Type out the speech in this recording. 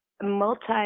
Multi